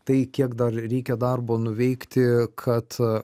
tai kiek dar reikia darbo nuveikti kad